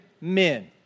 men